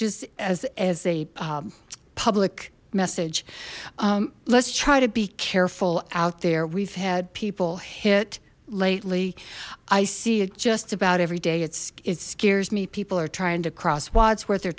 just as as a public message let's try to be careful out there we've had people hit lately i see it just about every day it's it scares me people are trying to cross wodsworth they're